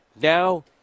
Now